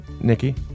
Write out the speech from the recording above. Nikki